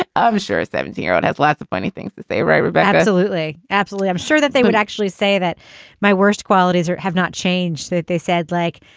ah i'm sure seventy year old has lots of funny things to say, right? but absolutely absolutely. i'm sure that they would actually say that my worst qualities are have not changed, that they said, like,